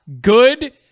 good